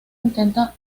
intenta